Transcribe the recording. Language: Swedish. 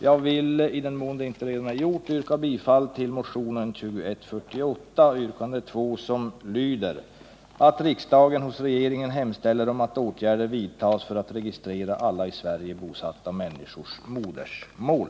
Jag vill, i den mån det inte redan gjorts, yrka bifall till motionen 2148, yrkande 2, vilket lyder: ”att riksdagen hos regeringen hemställer om att åtgärder vidtas för att registrera alla i Sverige bosatta människors modersmål”.